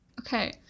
Okay